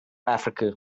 africa